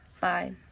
Bye